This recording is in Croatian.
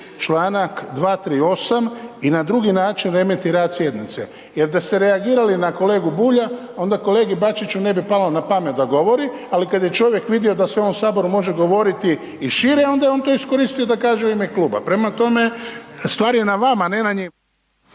članak 238. i na drugi način remeti rad sjednice jer da ste reagirali na kolegu Bulja, onda kolegi Bačiću ne bi palo na pamet da govori ali kad je čovjek vidio da se u ovom Saboru može govoriti i šire, onda je on to iskoristio da kaže u ime kluba. Prema tome, stvar je na vama a ne na njemu.